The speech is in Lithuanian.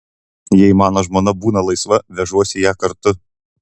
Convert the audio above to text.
jei mano žmona būna laisva vežuosi ją kartu